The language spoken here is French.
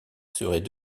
serait